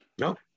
No